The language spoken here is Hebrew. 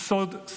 היא סוד שרידותו,